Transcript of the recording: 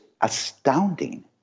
astounding